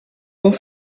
ont